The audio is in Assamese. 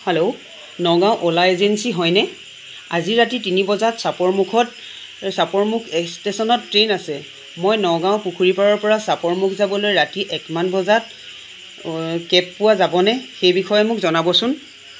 হেল্ল' নগাঁও অ'লা এজেনঞ্চি হয় নে আজি ৰাতি তিনি বজাত চাপৰমুখত চাপৰমুখ ষ্টেচনত ট্ৰেইন আছে মই নগাঁওৰ পুখুৰীপাৰৰ পৰা চাপৰমুখ যাবলৈ ৰাতি এক মান বজাত কেব পোৱা যাবনে সেইবিষয়ে মোক জনাবচোন